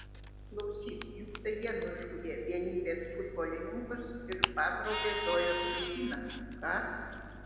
klausyk juk tai jie nužudė vienybės futbolininkus ir pagrobė zojos vaikiną ką